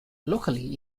locally